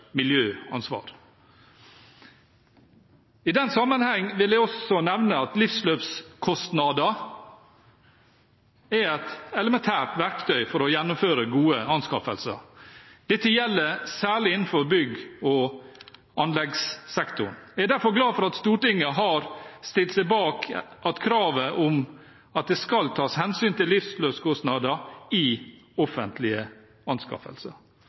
miljøansvar. I den sammenheng vil jeg også nevne at livsløpskostnader er et elementært verktøy for å gjennomføre gode anskaffelser. Dette gjelder særlig innenfor bygg- og anleggssektoren. Jeg er derfor glad for at Stortinget har stilt seg bak kravet om at det skal tas hensyn til livsløpskostnader i offentlige anskaffelser